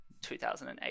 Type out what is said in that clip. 2008